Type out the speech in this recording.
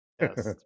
Yes